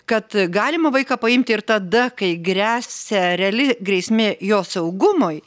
kad galima vaiką paimti ir tada kai gresia reali grėsmė jo saugumui